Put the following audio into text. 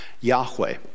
Yahweh